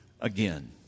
again